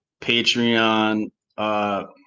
patreon